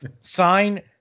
sign